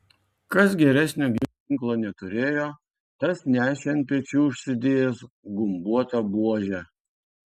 kas geresnio ginklo neturėjo tas nešė ant pečių užsidėjęs gumbuotą buožę